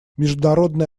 международные